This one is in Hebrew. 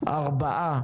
ארבעה,